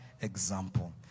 example